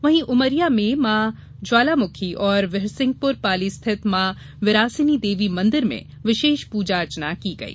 वहीं उमरिया में मां ज्वालामुखी और विरसिंहपुर पाली स्थित मां विरासिनी देवी मंदिर में विशेष प्रजा अर्चना की गई